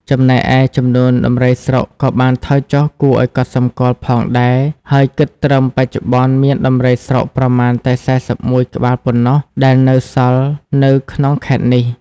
ចំណែកឯ ចំនួនដំរីស្រុកក៏បានថយចុះគួរឱ្យកត់សម្គាល់ផងដែរ ហើយគិតត្រឹមបច្ចុប្បន្នមានដំរីស្រុកប្រមាណតែ ៤១ ក្បាលប៉ុណ្ណោះដែលនៅសល់នៅក្នុងខេត្តនេះ។